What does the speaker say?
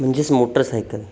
म्हणजेच मोटरसायकल